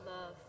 love